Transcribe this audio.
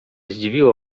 zdziwiło